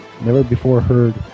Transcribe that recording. never-before-heard